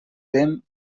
tem